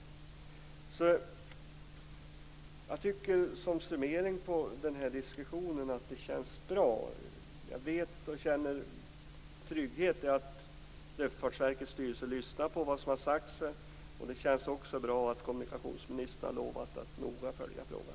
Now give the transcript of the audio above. Jag tycker som summering på den här diskussionen att det känns bra. Jag känner trygghet i att Luftfartsverkets styrelse lyssnar på vad som har sagts. Det känns också bra att kommunikationsministern har sagt att hon skall noga följa frågan.